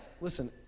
listen